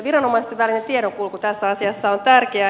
viranomaisten välinen tiedonkulku tässä asiassa on tärkeää